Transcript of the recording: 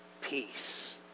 peace